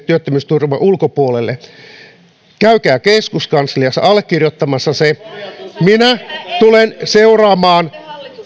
työttömyysturvan ulkopuolella käykää keskuskansliassa allekirjoittamassa se tulen seuraamaan